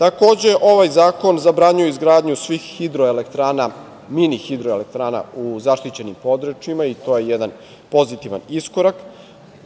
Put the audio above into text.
energije. Ovaj zakon zabranjuje izgradnju svih hidroelektrana, mini hidroelektrana u zaštićenim područjima, i to je jedan pozitivan iskorak.